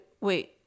Wait